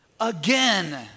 Again